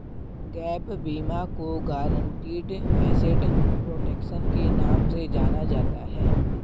gap बीमा को guaranteed asset protection के नाम से जाना जाता है